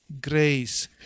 grace